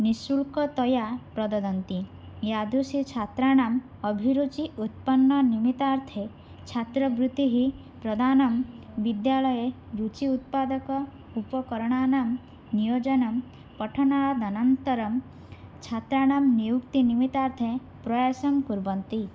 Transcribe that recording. निश्शुल्कतया प्रददति यादृशी छात्राणाम् अभिरुचि उपन्ननिमित्तार्थे छात्रवृत्तिः प्रदानं विद्यालये रुचि उत्पादक उपकरणानां नियोजनं पठनादनन्तरं छात्राणां नियुक्तिनिमित्तार्थे प्रयासं कुर्वन्ति